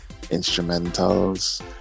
instrumentals